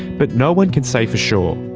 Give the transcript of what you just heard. but no one can say for sure.